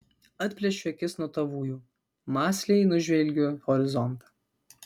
atplėšiu akis nuo tavųjų mąsliai nužvelgiu horizontą